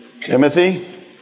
Timothy